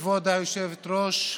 כבוד היושבת-ראש,